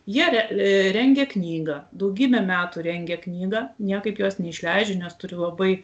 jie renrengia knygą daugybę metų rengia knygą niekaip jos neišleidžia nes turi labai